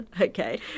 Okay